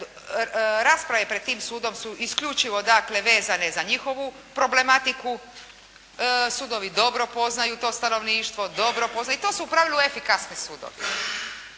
rasprave pred tim sudom su isključivo, dakle vezane za njihovu problematiku. Sudovi dobro poznaju to stanovništvo i to su u pravilu efikasni sudovi.